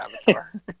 Avatar